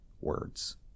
words